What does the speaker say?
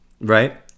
right